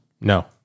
No